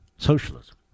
socialism